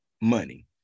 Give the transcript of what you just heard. money